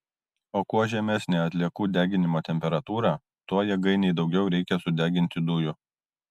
o kuo žemesnė atliekų deginimo temperatūra tuo jėgainei daugiau reikia sudeginti dujų